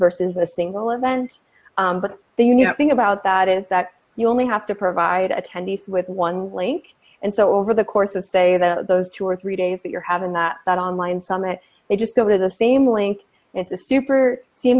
versus a single event but the you know thing about that is that you only have to provide attendees with one link and so over the course of say the those two or three days that you're having that that online summit they just go to the same link it's a super se